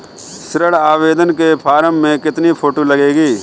ऋण आवेदन के फॉर्म में कितनी फोटो लगेंगी?